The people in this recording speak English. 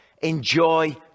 Enjoy